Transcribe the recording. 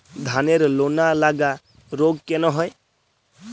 ধানের লোনা লাগা রোগ কেন হয়?